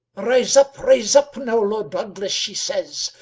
rise up, rise up, now, lord douglas, she says,